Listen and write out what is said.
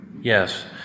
yes